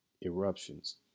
eruptions